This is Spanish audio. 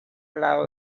lado